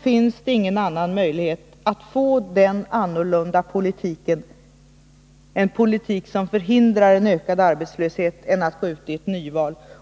finns det ingen annan möjlighet att få den annorlunda politiken, en politik som förhindrar ökad arbetslöshet, än att gå ut i ett nyval.